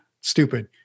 stupid